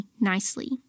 nicely